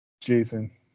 Jason